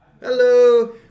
Hello